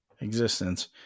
existence